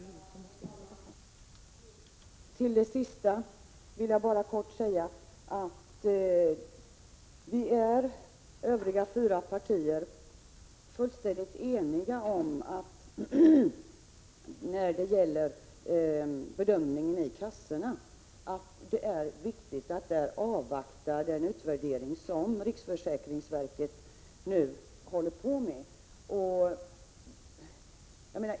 Herr talman! Till det sista vill jag bara kort säga att övriga fyra partier är 13 maj 1987 fullständigt eniga om att det när det gäller bedömningen av den praxis som tillämpas i försäkringskassorna är viktigt att avvakta den utvärdering som riksförsäkringsverket nu genomför.